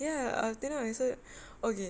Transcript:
ya I tell you okay